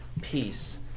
peace